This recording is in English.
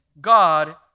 God